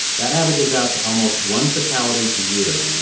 that averages out to almost one fatality a year